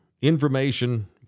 information